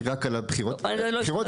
שמי שיכול להשתגע הם רק נבחרי הציבור,